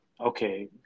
okay